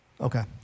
Okay